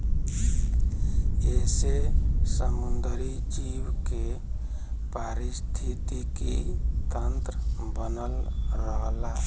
एसे समुंदरी जीव के पारिस्थितिकी तन्त्र बनल रहला